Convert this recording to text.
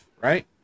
right